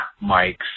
Mike's